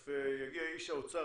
תיכף יגיע לכאן איש האוצר,